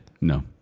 No